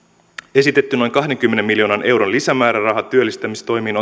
esitetty noin kahdenkymmenen miljoonan euron lisämääräraha työllistämistoimiin